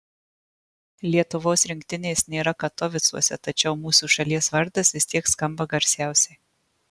lietuvos rinktinės nėra katovicuose tačiau mūsų šalies vardas vis tiek skamba garsiausiai